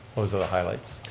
those are the highlights.